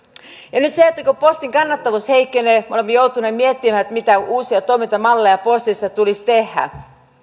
nyt kun postin kannattavuus heikkenee me olemme joutuneet miettimään mitä uusia toimintamalleja postissa tulisi tehdä